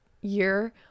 year